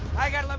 i got